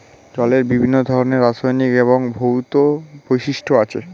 জলের বিভিন্ন ধরনের রাসায়নিক এবং ভৌত বৈশিষ্ট্য আছে